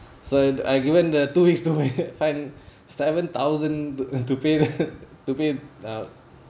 so I given the two weeks to find seven thousand to uh to pay that to pay uh